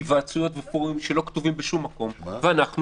היוועצות ופורומים שלא כתובים בשום מקום ואנחנו